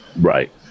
Right